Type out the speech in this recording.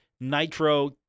Nitro